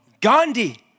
Gandhi